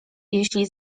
jeśli